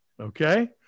Okay